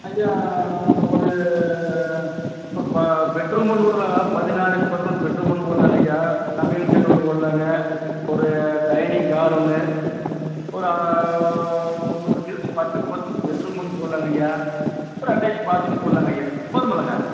ஐயா ஒரு ப பெட்ரூம் ஒன்று கொடுக்குலாங்க பதினாறுக்கு பத்து ஒரு பெட்ரூம் ஒன்று போடுலாங்க ஐயா சமையல்கட்டு ஒன்று போடுலாங்க ஒரு டைனிங் ஹால் ஒன்று ஒரு இன்னும் ஒரு பத்துக்கு பத்து பெட்ரூம் ஒன்று போடுலாங்க ஐயா ஒரு அட்டாச்சு பாத்ரூம் போடுலாங்க ஐயா போதுமல்லங்க